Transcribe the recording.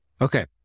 Okay